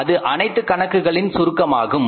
அது அனைத்து கணக்குகளின் சுருக்கமாகும்